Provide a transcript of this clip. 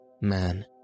Man